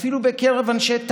אפילו בקרב אנשי טהרן.